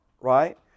right